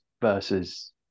versus